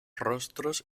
rostros